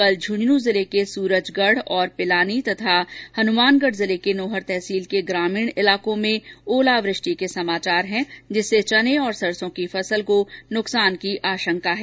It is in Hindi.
कल झुंझुनूं के सूरजगढ़ और पिलानी क्षेत्र में और हनुमानगढ़ जिले की नोहर तहसील के ग्रामीण क्षेत्रों में ओलावृष्टि के समाचार हैं जिससे चने और सरसों की फसल को नुकसान होने की आशंका है